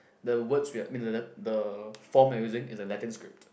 the words we are I mean the le~ the form that using is a Latin script